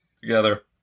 together